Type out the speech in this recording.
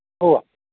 ഉവ്വ